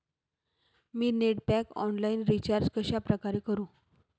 मी net pack online recharge कशाप्रकारे करु?